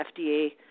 FDA